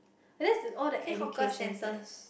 unless is all the education side